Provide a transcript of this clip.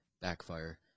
backfire